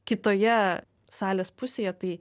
kitoje salės pusėje tai